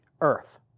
earth